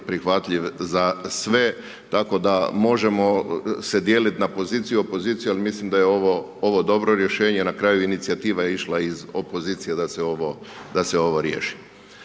prihvatljiv za sve tako da možemo se dijeliti na poziciju, opoziciju, ali mislim da je ovo dobro rješenje, na kraju inicijativa je išla iz opozicije da se ovo riješi.